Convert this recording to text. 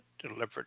Delivered